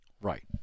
Right